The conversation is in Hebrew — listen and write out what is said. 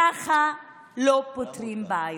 ככה לא פותרים בעיות.